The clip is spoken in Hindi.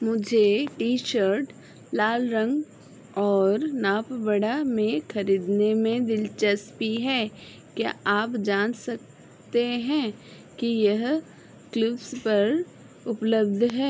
मुझे टी शर्ट लाल रंग और नाप बड़ा में ख़रीदने में दिलचस्पी है क्या आप जान सकते हैं कि यह क्लूव्स पर उपलब्ध है